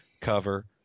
cover